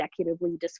executively